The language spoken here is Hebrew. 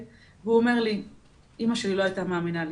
והוא אומר לי 'אמא שלי לא הייתה מאמינה לי,